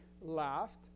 laughed